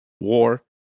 war